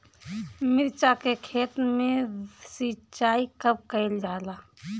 मिर्चा के खेत में सिचाई कब कइल जाला?